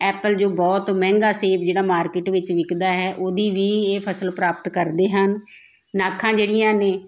Apple ਜੋ ਬਹੁਤ ਮਹਿੰਗਾ ਸੇਬ ਜਿਹੜਾ ਮਾਰਕੀਟ ਵਿੱਚ ਵਿਕਦਾ ਹੈ ਉਹਦੀ ਵੀ ਇਹ ਫ਼ਸਲ ਪ੍ਰਾਪਤ ਕਰਦੇ ਹਨ ਨਾਖਾਂ ਜਿਹੜੀਆਂ ਨੇ